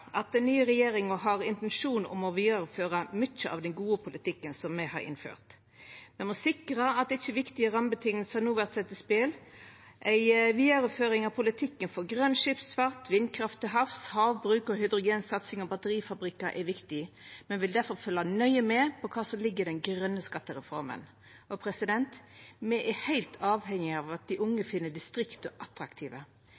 at den nye regjeringa har ein intensjon om å vidareføra mykje av den gode politikken me har innført. Me må sikra at ikkje viktige rammevilkår no vert sette i spel. Ei vidareføring av politikken for grøn skipsfart, vindkraft til havs, havbruk, hydrogensatsing og batterifabrikkar er viktig. Me vil difor følgja nøye med på kva som ligg i den grøne skattereforma. Me er heilt avhengige av at dei